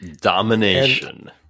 domination